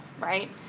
right